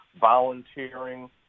volunteering